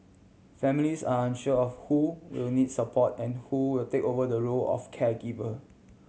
families are unsure of who will need support and who will take over the role of caregiver